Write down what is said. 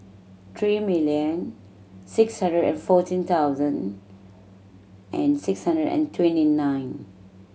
three million six hundred and fourteen thousand and six hundred and twenty nine